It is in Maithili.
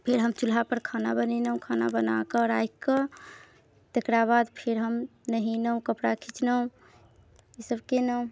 फेर हम चूल्हापर खाना बनेलहुँ खाना बनाकऽ राखिकऽ तकरा बाद फेर हम नहेलहुँ कपड़ा खीचलहुँ ई सब केलहुँ